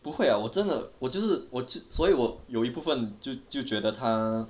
不会 ah 我真的我就是我只所以我有一部分就就觉得他